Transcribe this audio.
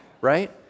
right